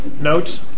note